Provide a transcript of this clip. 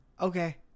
Okay